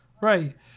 Right